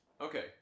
Okay